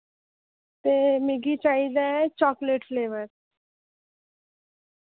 ते मिगी चाहिदा ऐ चाकलेट फ्लेवर